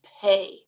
pay